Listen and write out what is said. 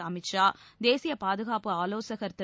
அமித் ஷா தேசிய பாதுகாப்பு ஆலோசகர் திரு